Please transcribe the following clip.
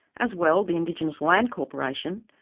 as well, the indigenous land corporation,